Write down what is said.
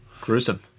Gruesome